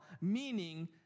meaning